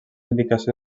indicació